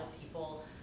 people